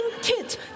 kids